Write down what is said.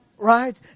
Right